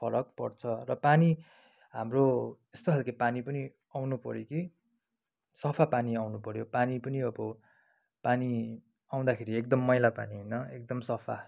फरक पर्छ र पानी हाम्रो यस्तो खालके पानी पनि आउनु पऱ्यो कि सफा पानी आउनु पऱ्यो पानी पनि अब पानी आउँदाखेरि एकदम मैला पानी होइन एकदम सफा